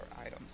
items